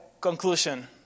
conclusion